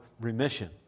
remission